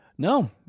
No